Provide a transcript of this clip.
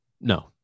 no